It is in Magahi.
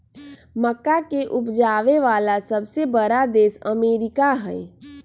मक्का के उपजावे वाला सबसे बड़ा देश अमेरिका हई